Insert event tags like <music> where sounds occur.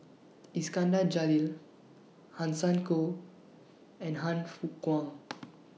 Iskandar Jalil Hanson Ho and Han Fook Kwang <noise>